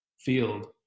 field